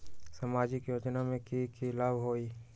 सामाजिक योजना से की की लाभ होई?